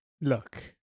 Look